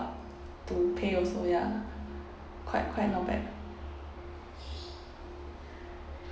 to pay also ya quite quite not bad